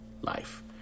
Life